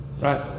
Right